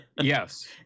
Yes